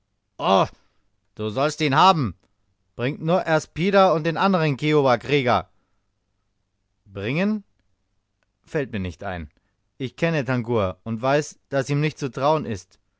du sollst ihn haben bring nur erst pida und den andern kiowakrieger bringen fällt mir nicht ein ich kenne tangua und weiß daß ihm nicht zu trauen ist